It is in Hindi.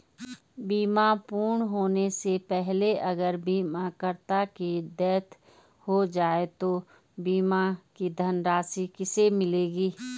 बीमा पूर्ण होने से पहले अगर बीमा करता की डेथ हो जाए तो बीमा की धनराशि किसे मिलेगी?